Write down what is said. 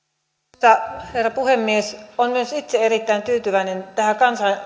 arvoisa herra puhemies olen myös itse erittäin tyytyväinen tähän